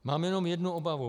Mám jenom jednu obavu.